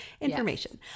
information